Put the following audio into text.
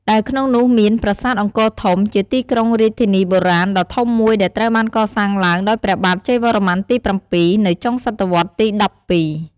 ដែលក្នុងនោះមាន ប្រាសាទអង្គរធំ ជាទីក្រុងរាជធានីបុរាណដ៏ធំមួយដែលត្រូវបានកសាងឡើងដោយព្រះបាទជ័យវរ្ម័នទី ៧ នៅចុងសតវត្សរ៍ទី ១២ ។